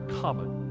common